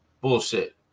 Bullshit